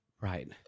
Right